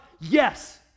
yes